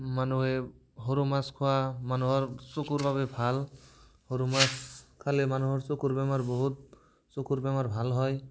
মানুহে সৰু মাছ খোৱা মানুহৰ চকুৰ বাবে ভাল সৰু মাছ খালে মানুহৰ চকুৰ বেমাৰ বহুত চকুৰ বেমাৰ ভাল হয়